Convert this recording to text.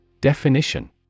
Definition